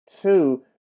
Two